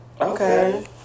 Okay